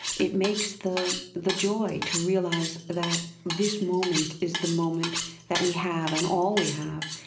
it makes the the joy to realize that this moment is the moment that we have and all we have.